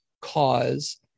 cause